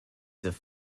have